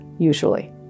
usually